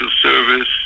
service